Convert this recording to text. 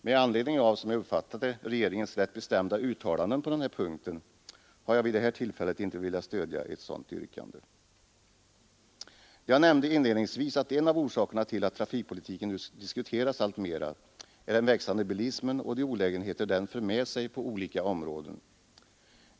Med anledning av — som jag uppfattat det — regeringens rätt bestämda uttalanden på den punkten har jag vid det här tillfället inte velat stödja ett sådant yrkande. Jag nämnde inledningsvis att en av orsakerna till att trafikpolitiken nu diskuteras alltmera är den växande bilismen och de olägenheter den för med sig på olika områden.